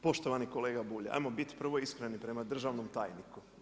Poštovani kolega Bulj, 'ajmo biti prvo iskreni prema državnom tajniku.